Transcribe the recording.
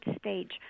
stage